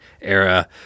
era